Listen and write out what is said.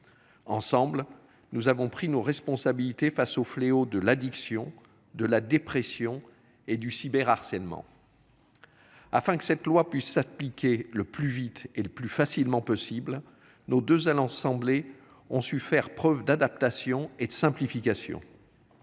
Ensemble, nous avons pris nos responsabilités face au fléau de l'addiction de la dépression et du cyber harcèlement. Afin que cette loi puisse s'appliquer le plus vite et le plus facilement possible nos deux à Lens. Ont su faire preuve d'adaptation et de simplification.